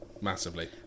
Massively